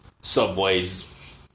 Subway's